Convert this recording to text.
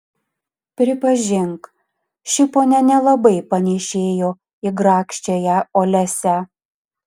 pripažink ši ponia nelabai panėšėjo į grakščiąją olesią